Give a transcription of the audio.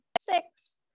six